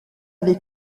avec